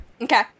Okay